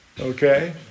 okay